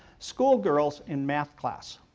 schoolgirls in math class